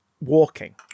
Walking